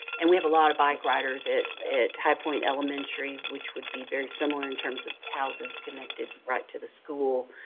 and we have a lot of bike riders at at high point elementary, which would be very similar in terms of houses connected right to the school,